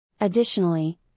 Additionally